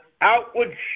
outward